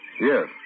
Yes